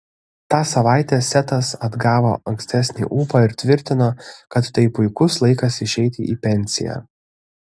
tą savaitę setas atgavo ankstesnį ūpą ir tvirtino kad tai puikus laikas išeiti į pensiją